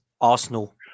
Arsenal